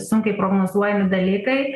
sunkiai prognozuojami dalykai